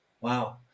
Wow